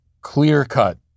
clear-cut